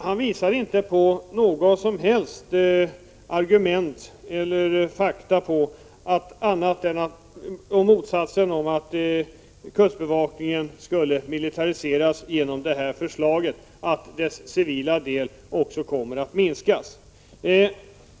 Han visar inte på några som helst argument eller fakta som motsäger att kustbevakningen skulle militariseras genom det här förslaget, att dess civila del kommer att minskas.